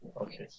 Okay